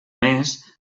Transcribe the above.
més